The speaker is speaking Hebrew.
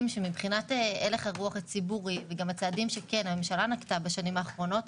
שמבחינת הלך הרוח הציבורי והצעדים שהממשלה נקטה בשנים האחרונות,